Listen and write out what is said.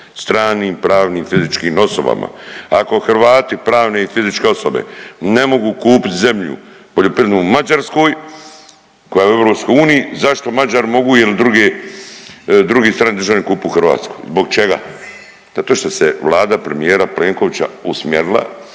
stranim pravnim i fizičkim osobama. Ako Hrvati pravne i fizičke osobe ne mogu kupit zemlju poljoprivrednu u Mađarskoj koja je u EU, zašto Mađari mogu ili druge, drugi strani državljani kupit u Hrvatskoj, zbog čega? Zato što se Vlada premijera Plenkovića usmjerila